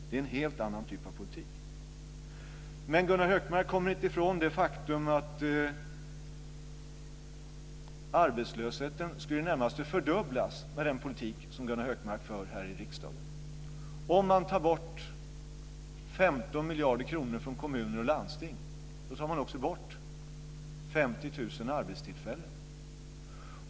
Det är en helt annan typ av politik. Gunnar Hökmark kommer inte ifrån det faktum att arbetslösheten i det närmaste skulle fördubblas med den politik som Gunnar Hökmark för här i riksdagen. Om man tar bort 15 miljarder kronor från kommuner och landsting tar man också bort 50 000 arbetstillfällen.